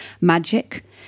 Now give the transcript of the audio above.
magic